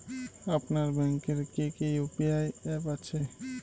আপনার ব্যাংকের কি কি ইউ.পি.আই অ্যাপ আছে?